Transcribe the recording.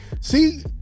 see